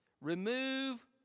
Remove